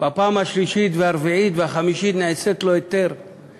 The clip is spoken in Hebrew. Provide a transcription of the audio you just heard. בפעם השלישית, הרביעית והחמישית, נעשית לו כשגרה.